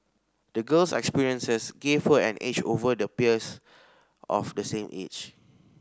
the girl's experiences gave her an edge over the peers of the same age